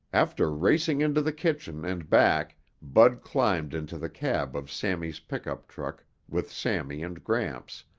after racing into the kitchen and back, bud climbed into the cab of sammy's pickup truck with sammy and gramps,